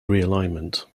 realignment